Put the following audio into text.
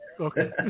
Okay